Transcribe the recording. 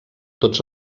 tots